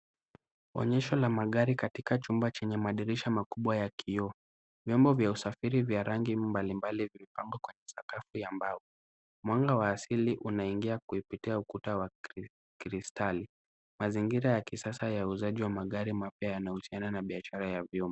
Onyesho la magari katika chumba chenye madirisha makubwa ya kio, Vyombo vya usafiri vya rangi mbalimbali, vimepangwa kwenye sakafu ya mbao, mwanga wa asili unaingia kuipitia ukuta wa kristali . Mazingira ya kisasa ya uuzaji wa magari mapya yanahusiana na biashara ya vyuma.